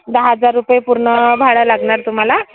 दहा हजार रुपये पूर्ण भाडं लागणार तुम्हाला